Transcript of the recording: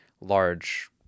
large